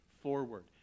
forward